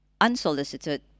unsolicited